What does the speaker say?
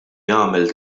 jagħmel